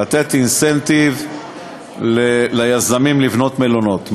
לתת אינסנטיב ליזמים לבנות מלונות.